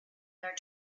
their